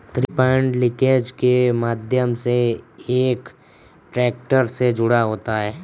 three point linkage के माध्यम से एक ट्रैक्टर से जुड़ा होता है